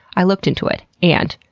i looked into it, and.